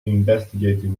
investigative